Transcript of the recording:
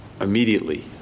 immediately